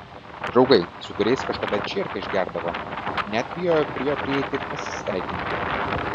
draugai su kuriais kažkada čierką išgerdavo net bijojo prie jo prieiti ir pasisveikinti